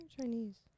Chinese